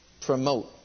promote